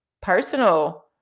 personal